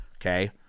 okay